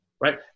right